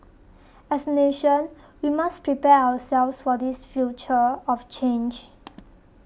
as a nation we must prepare ourselves for this future of change